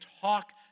talk